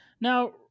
now